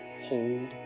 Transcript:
hold